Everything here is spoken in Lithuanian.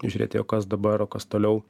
žiūrėti o kas dabar o kas toliau